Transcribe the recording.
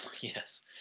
Yes